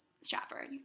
Stratford